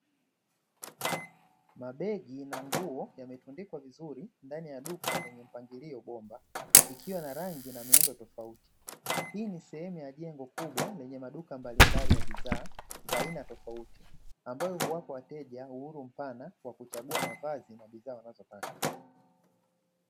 Mabegi na nguo yametundikwa vizuri ndani ya duka lenye mpangilio bomba ikiwa na rangi na miundo tofauti. Hii ni sehemu ya jengo kubwa lenye maduka mbalimbali ya bidhaa za aina tofauti, ambayo huwapa wateja uhuru mpana kwa kuchagua mavazi na bidhaa wanazotaka.